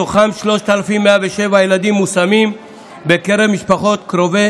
מתוכם, 3,107 ילדים מושמים בקרב משפחות קרובי